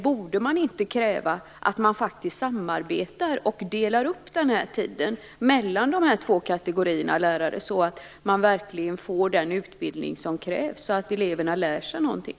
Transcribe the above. Borde man inte kräva att man samarbetar och delar upp tiden mellan dessa två kategorier lärare så att man får den utbildning som krävs och eleverna lär sig någonting?